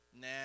Nah